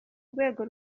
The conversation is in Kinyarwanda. rwego